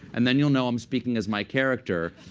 and then you'll know i'm speaking as my character.